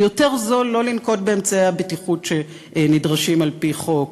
ויותר זול לא לנקוט את אמצעי הבטיחות שנדרשים על-פי חוק.